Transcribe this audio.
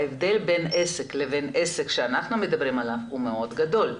ההבדל בין עסק לבין עסק שאנחנו מדברים עליו הוא מאוד גדול.